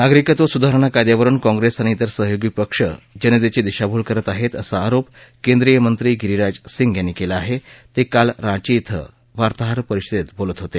नागरिकत्व सुधारणा कायद्यावरुन काँग्रेस्त आणि त्रिर सहयोगी पक्ष जनतद्वी दिशाभूल करत आहत असा आरोप केंद्रीय मंत्री गिरिराज सिंग यांनी कला आहा केळिल रांची कें वार्ताहर परिषदक्षिपोलत होत